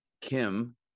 Kim